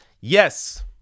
Yes